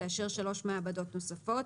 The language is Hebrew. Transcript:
לאשר שלוש מעבדות נוספות.